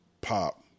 pop